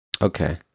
Okay